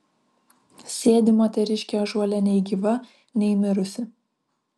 sėdi moteriškė ąžuole nei gyva nei mirusi